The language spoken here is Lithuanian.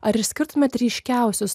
ar išskirtumėt ryškiausius